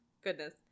Goodness